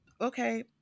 Okay